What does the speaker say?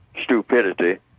stupidity